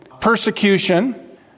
persecution